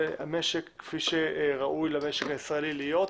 המשק כפי שראוי למשק הישראלי להיות.